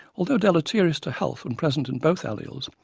ah though deleterious to health when present in both alleles,